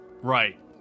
Right